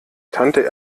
tante